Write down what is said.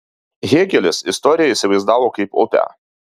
hėgelis istoriją įsivaizdavo kaip upę